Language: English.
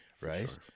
right